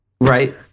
right